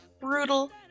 brutal